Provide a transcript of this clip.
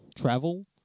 travel